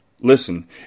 Listen